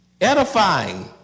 edifying